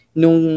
nung